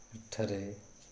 ଏଠାରେ